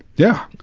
yeah,